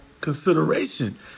consideration